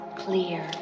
clear